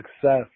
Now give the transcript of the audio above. success